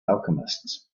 alchemists